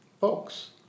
folks